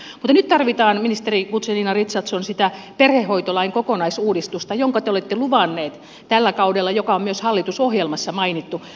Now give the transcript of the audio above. mutta nyt tarvitaan ministeri guzenina richardson sitä perhehoitolain kokonaisuudistusta jonka te olette luvannut tällä kaudella ja joka on myös hallitusohjelmassa mainittu